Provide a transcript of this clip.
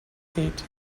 hate